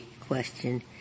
question